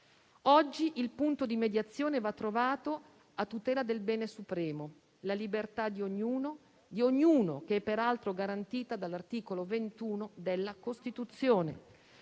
Oggi il punto di mediazione va trovato a tutela del bene supremo, la libertà di ognuno, peraltro garantita dall'articolo 21 della Costituzione,